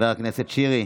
חבר הכנסת שירי,